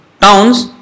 towns